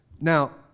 Now